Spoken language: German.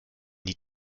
die